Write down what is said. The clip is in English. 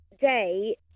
day